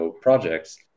projects